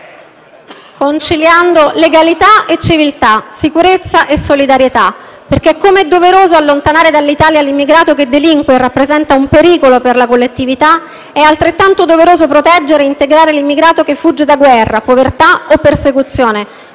conciliando legalità e civiltà, sicurezza e solidarietà. Come è doveroso allontanare dall'Italia l'immigrato che delinque e rappresenta un pericolo per la collettività, è altrettanto doveroso proteggere e integrare l'immigrato che fugge da guerra, povertà o persecuzione,